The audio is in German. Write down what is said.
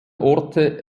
orte